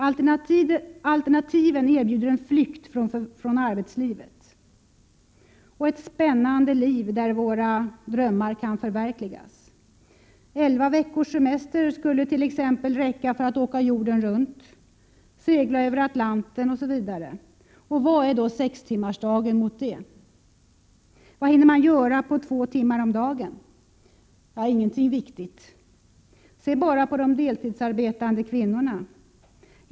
Alternativen erbjuder en flykt från arbetslivet och ett spännande liv där våra drömmar kan förverkligas. 11 veckors semester skulle t.ex. räcka för att åka jorden runt, segla över Atlanten, osv. Vad är då sextimmarsdagen mot detta? Vad hinner man göra på två timmar om dagen — ingenting viktigt. Se bara på de deltidsarbetande kvinnorna.